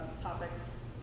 topics